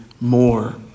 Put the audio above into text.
more